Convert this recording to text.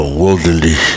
worldly